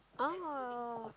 oh